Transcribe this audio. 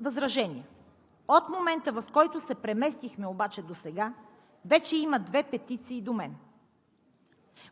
възражения. От момента, в който се преместихме обаче досега, вече има две петиции до мен.